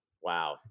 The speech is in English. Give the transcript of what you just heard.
Wow